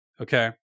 Okay